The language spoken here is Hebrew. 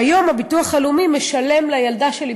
כיום הביטוח הלאומי משלם לילדה שלי,